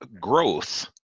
Growth